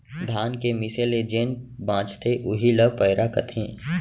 धान के मीसे ले जेन बॉंचथे उही ल पैरा कथें